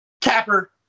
Capper